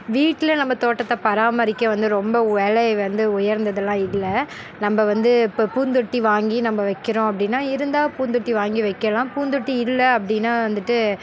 வீட்டில நம்ம தோட்டத்தை பராமரிக்க வந்து ரொம்ப விலை வந்து உயர்ந்ததெல்லாம் இல்லை நம்ம வந்து இப்போ பூந்தொட்டி வாங்கி நம்ம வைக்கிறோம் அப்படின்னா இருந்தால் பூந்தொட்டி வாங்கி வைக்கலாம் பூந்தொட்டி இல்லை அப்படின்னா வந்துகிட்டு